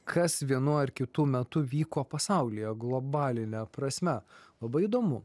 kas vienu ar kitu metu vyko pasaulyje globaline prasme labai įdomu